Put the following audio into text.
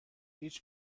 هیچ